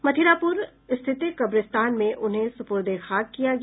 मथुरापुर स्थित कब्रिस्तान में उन्हें सुपुर्द ए खाक किया गया